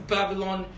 Babylon